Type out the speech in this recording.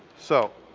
so,